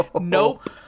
Nope